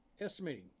Estimating